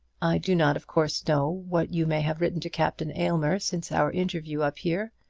do not of course know what you may have written to captain aylmer since our interview up here,